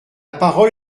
parole